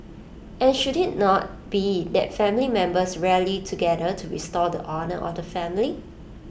and should IT not be that family members rally together to restore the honour of the family